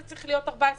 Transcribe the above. זה צריך להיות 14 יום.